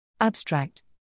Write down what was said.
Abstract